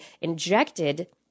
injected